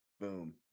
boom